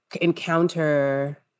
encounter